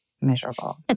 miserable